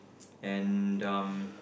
and um